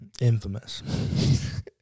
Infamous